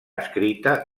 escrita